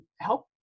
help